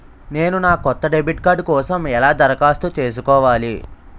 నేను నా కొత్త డెబిట్ కార్డ్ కోసం ఎలా దరఖాస్తు చేసుకోవాలి?